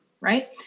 right